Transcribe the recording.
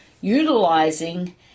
utilizing